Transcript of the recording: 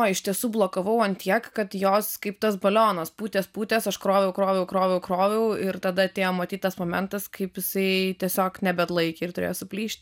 o iš tiesų blokavau ant tiek kad jos kaip tas balionas pūtės pūtės aš kroviau kroviau kroviau kroviau ir tada atėjo matyt tas momentas kaip jisai tiesiog nebeatlaikė ir turėjo suplyšti